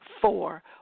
four